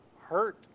hurt